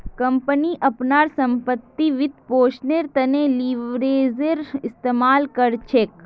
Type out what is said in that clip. company अपनार संपत्तिर वित्तपोषनेर त न लीवरेजेर इस्तमाल कर छेक